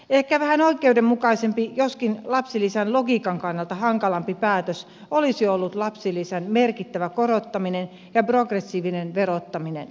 ehkä vähän oikeudenmukaisempi joskin lapsilisän logiikan kannalta hankalampi päätös olisi ollut lapsilisän merkittävä korottaminen ja progressiivinen verottaminen